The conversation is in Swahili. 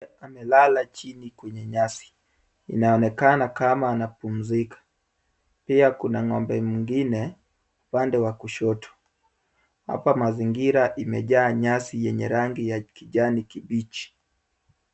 Amelala chini kwenye nyasi. Inaonekana kama anapumzika. Pia kuna ng'ombe mwingine upande wa kushoto. Hapa mazingira imejaa nyasi yenye rangi ya kijani kibichi.